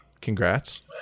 congrats